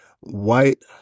white